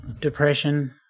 depression